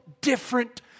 different